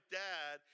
dad